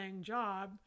job